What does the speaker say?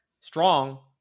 strong